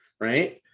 right